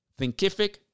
Thinkific